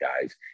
guys